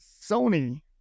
Sony